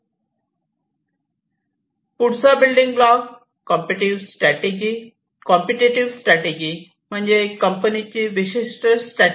पुढचा building block competitive strategy म्हणजे कंपनीची विशिष्ट स्ट्रॅटजी